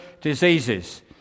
diseases